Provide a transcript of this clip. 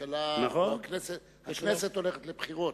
הכנסת הולכת לבחירות.